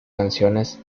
canciones